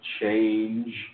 change